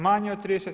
Manje od 30.